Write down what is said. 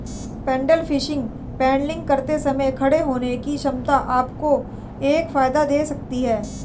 pedal fishing paddling करते समय खड़े होने की क्षमता आपको एक फायदा दे सकती है